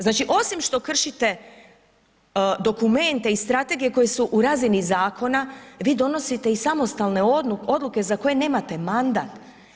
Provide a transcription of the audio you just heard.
Znači osim što kršite dokumente i strategije koje su u razini zakona vi donosite i samostalne odluke za koje nemate mandat.